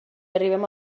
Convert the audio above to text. arribem